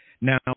Now